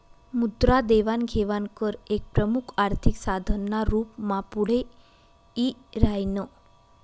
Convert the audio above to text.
मुद्रा देवाण घेवाण कर एक प्रमुख आर्थिक साधन ना रूप मा पुढे यी राह्यनं